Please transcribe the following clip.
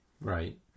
Right